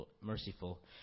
merciful